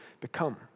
become